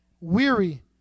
Weary